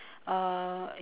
uh